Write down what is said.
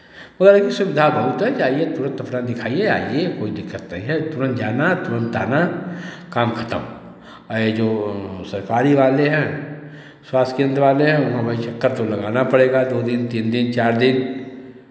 वही है कि सुविधा बहुत है जाइए तुरंत अपना दिखाइए आइए कोई दिक्कत नहीं है तुरंत जाना तुरंत आना काम खतम आ ये जो सरकारी वाले हैं स्वास्थ्य केंद्र वाले हैं वहाँ भाई चक्कर तो लगाना पड़ेगा दो दिन तीन दिन चार दिन